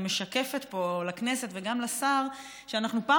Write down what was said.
אני משקפת פה לכנסת וגם לשר שאנחנו פעם